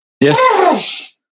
Yes